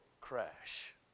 crash